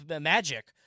magic